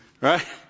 Right